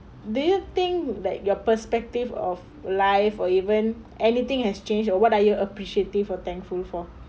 do.you think that your perspective of life or even anything has changed or what are you appreciative or thankful for